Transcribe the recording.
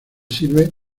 sirve